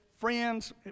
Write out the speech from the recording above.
friends